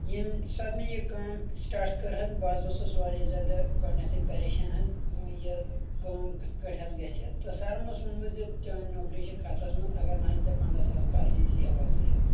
ییٚمہِ ساتہٕ مےٚ یہِ کٲم سٹاٹ کٔر حظ بہٕ حظ اوسُس واریاہ زیادٕ گۄڈٕنٮ۪تھٕے پریشان حظ یہِ کٲم کٕتھ کٲٹھ حظ گژھِ تہٕ سرن اوس ووٚنمُت زِ چٲنۍ نوکری چھِ خظرس منٛز اگر نہ حظ ژےٚ پنٛدہ ساس کالچن سیل ٲسٕے حظ